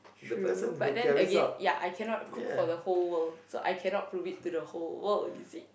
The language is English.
true but then again ya I cannot cook for the whole world so I cannot prove it to the whole world you see